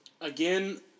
Again